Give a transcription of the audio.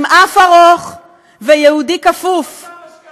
עם אף ארוך ויהודי כפוף, עוד פעם השקרים האלה?